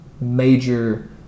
major